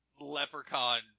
leprechaun